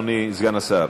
אדוני סגן השר,